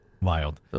Wild